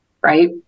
right